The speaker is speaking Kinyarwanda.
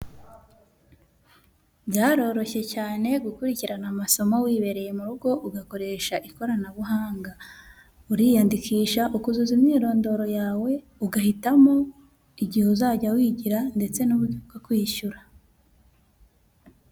Byaroroshye cyane gukurikirana amasomo wibereye mu rugo, ugakoresha ikoranabuhanga. Uriyandikisha, ukuzuza imyirondoro yawe, ugahitamo igihe uzajya wigira ndetse n'uburyo bwo kwishyura.